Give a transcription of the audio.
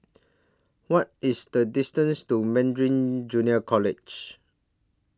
What IS The distance to Meridian Junior College